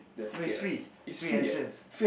no it's free free entrance